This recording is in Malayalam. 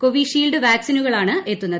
കോവീഷീൽഡ് വാക്സിനുകളാണ് എത്തുന്നത്